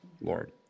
Lord